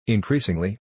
Increasingly